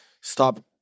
stop